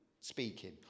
speaking